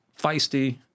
feisty